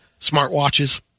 smartwatches